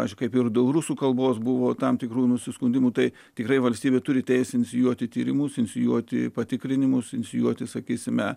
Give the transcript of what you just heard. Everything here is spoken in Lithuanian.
aš kaip ir daug rusų kalbos buvo tam tikrų nusiskundimų tai tikrai valstybė turi teisę inicijuoti tyrimus inicijuoti patikrinimus inicijuoti sakysime